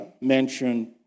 mentioned